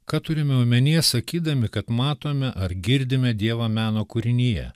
ką turime omenyje sakydami kad matome ar girdime dievo meną kūrinyje